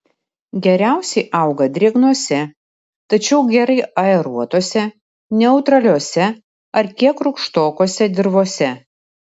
geriausiai auga drėgnose tačiau gerai aeruotose neutraliose ar kiek rūgštokose dirvose